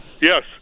Yes